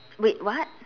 wait what